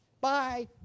Bye